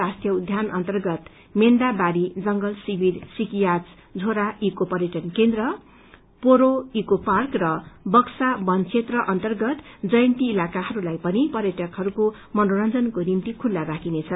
राष्ट्रीय उद्यान अन्तर्गत मेन्दाबारी जंगल शिविर सिकियाज झोड़ा ईस्रे पर्यटन केन्द्र पोरो ईस्रो पार्क र बक्सा वन क्षेत्र अन्तर्गत जयन्ती इलाकाहरूलाई पनि पर्यटकहरूको मनोरंजनको निम्ति खुत्ता राखिनेछ